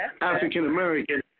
African-American